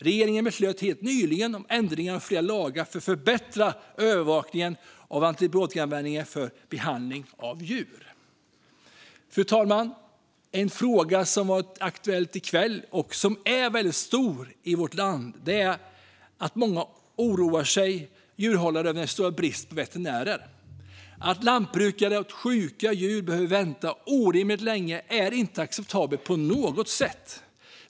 Regeringen beslutade helt nyligen om ändringar av flera lagar för att förbättra övervakningen av antibiotikaanvändning för behandling av djur. Fru talman! En fråga som har varit aktuell i kväll och som är väldigt stor i vårt land är den stora bristen på veterinärer, något som många djurhållare oroar sig över. Att lantbrukare och sjuka djur behöver vänta orimligt länge är inte acceptabelt på något sätt.